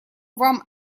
вам